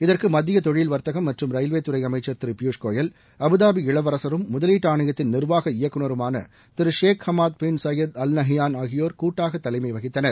இதற்கு மத்திய தொழில் வர்த்தகம் மற்றும் ரயில்வேதுறை அமைச்சர் திரு பியூஷ் கோயல் அபுதாபி இளவரசரும் முதவீட்டு ஆணையத்தின் நிர்வாக இயக்குநருமான Thiru Sheikh Hamad bin Zayed Al Nahyan ஆகியோர் கூட்டாக தலைமை வகித்தனர்